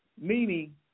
Meaning